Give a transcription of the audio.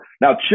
Now